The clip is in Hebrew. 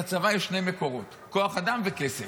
לצבא יש שני מקורות: כוח אדם וכסף.